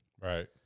Right